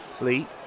Lee